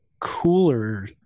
cooler